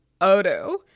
Odo